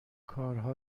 کارها